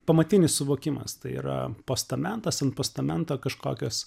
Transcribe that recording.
pamatinis suvokimas tai yra postamentas ant postamento kažkokios